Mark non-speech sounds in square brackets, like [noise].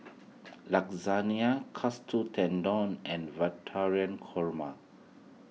Lasagne Katsu Tendon and [unintelligible] Korma